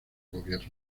gobierno